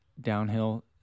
downhill